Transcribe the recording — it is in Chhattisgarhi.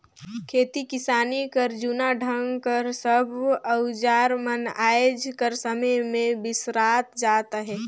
खेती किसानी कर जूना ढंग कर सब अउजार मन आएज कर समे मे बिसरात जात अहे